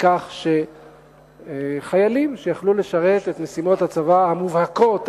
מכך שחיילים שיכלו לשרת את משימות הצבא המובהקות,